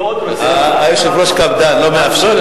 היושב-ראש קפדן, לא מאפשר.